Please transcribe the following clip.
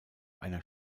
einer